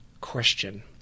question